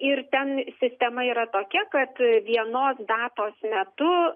ir ten sistema yra tokia kad vienos datos metu